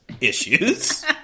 issues